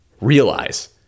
realize